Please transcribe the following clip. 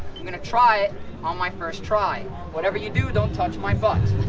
you're gonna try it on my first try whatever you do don't touch my bucks